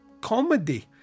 comedy